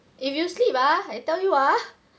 if you sleep ah I tell you ah